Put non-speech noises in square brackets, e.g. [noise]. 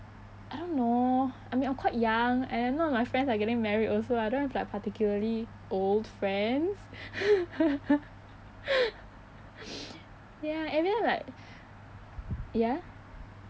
I don't know I mean I'm quite young and none of my friends are getting married also I don't have like particularly old friends [laughs] ya and then like ya